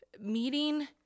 meeting